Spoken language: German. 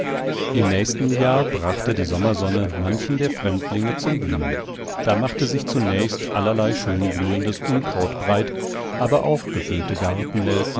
im nächsten jahr brachte die sommersonne manchen der fremdlinge zum blühen da machte sich zunächst allerlei schönblühendes unkraut breit aber auch gefüllte